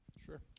sure.